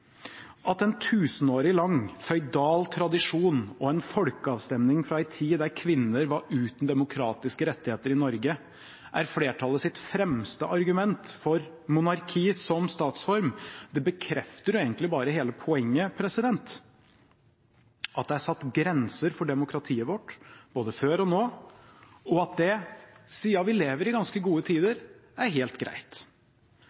At en tusenårig lang føydal tradisjon og en folkeavstemning fra en tid da kvinner var uten demokratiske rettigheter i Norge, er flertallets fremste argument for monarkiet som statsform, bekrefter jo bare hele poenget: Det er satt grenser for demokratiet vårt, både før og nå, og siden vi lever i ganske gode